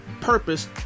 purpose